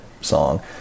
song